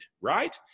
Right